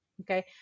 okay